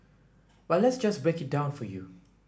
but let's just break it down for you